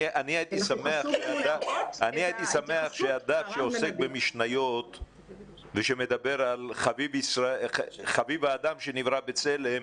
אני הייתי שמח שהדף שעוסק במשניות ושמדבר על חביב האדם שנברא בצלם,